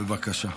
בבקשה.